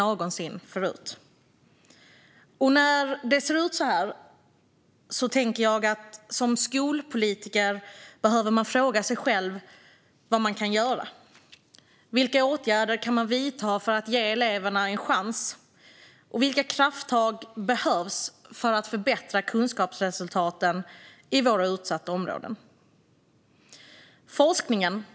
När det ser ut så här tänker jag att man som skolpolitiker behöver fråga sig själv vad man kan göra. Vilka åtgärder kan man vidta för att ge eleverna en chans? Och vilka krafttag behövs för att förbättra kunskapsresultaten i våra utsatta områden? Herr talman!